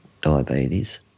diabetes